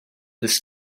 this